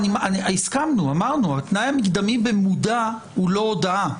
הסכמנו ואמרנו שהתנאי המקדמי במודע הוא לא הודאה.